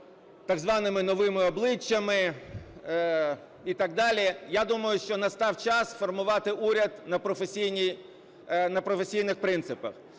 так званими новими обличчями і так далі. Я думаю, що настав час формувати уряд на професійних принципах.